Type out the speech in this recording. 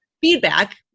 Feedback